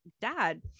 dad